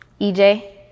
EJ